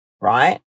right